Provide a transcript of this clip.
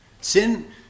Sin